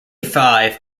five